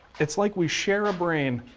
it's like we share a brain.